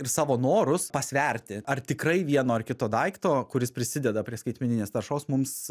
savo norus pasverti ar tikrai vieno ar kito daikto kuris prisideda prie skaitmeninės taršos mums